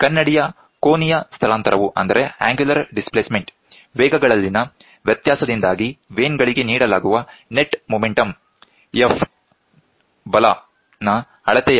ಕನ್ನಡಿಯ ಕೋನೀಯ ಸ್ಥಳಾಂತರವು ವೇಗಗಳಲ್ಲಿನ ವ್ಯತ್ಯಾಸದಿಂದಾಗಿ ವೇನ್ ಗಳಿಗೆ ನೀಡಲಾಗುವ ನೆಟ್ ಮುಮೆಂಟಂ Fಬಲ ನ ಅಳತೆಯಾಗಿದೆ